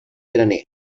graner